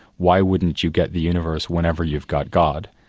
why wouldn't you get the universe whenever you've got god?